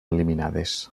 eliminades